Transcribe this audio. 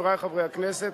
חברי חברי הכנסת,